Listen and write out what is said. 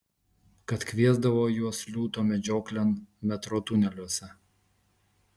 kad kviesdavo juos liūto medžioklėn metro tuneliuose